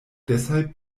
deshalb